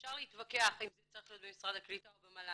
אפשר להתווכח אם זה צריך להיות במשרד הקליטה או במל"ג.